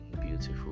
beautiful